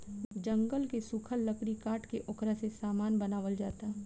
जंगल के सुखल लकड़ी काट के ओकरा से सामान बनावल जाता